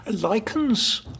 lichens